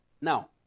Now